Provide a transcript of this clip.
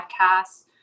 podcasts